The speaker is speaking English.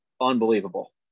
unbelievable